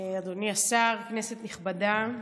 אדוני השר, כנסת נכבדה,